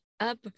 up